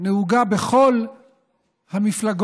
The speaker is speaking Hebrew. נהוגה בכל המפלגות